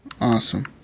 Awesome